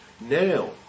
now